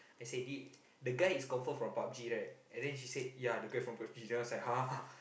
I say th~ the guy is confirm from PUB-G right and then she said yeah the guy from PUB-G then I was like !huh!